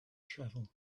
travel